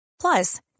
Plus